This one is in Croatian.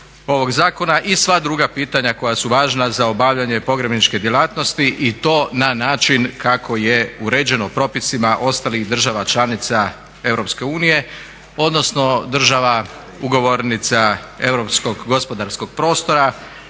i sva druga pitanja koja su važna za obavljanje pogrebničke djelatnosti i to na način kakao je uređeno propisima ostalih država članica Europske unije, odnosno država ugovornica europskog gospodarskog prostora,